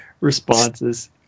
responses